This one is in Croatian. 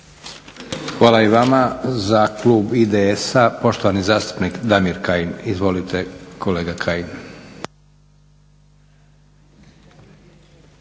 Hvala i vama. Za klub IDS-a poštovani zastupnik Damir Kajin. Izvolite kolege Kajin.